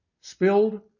spilled